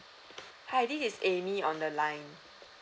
hi this is amy on the line